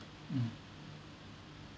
mm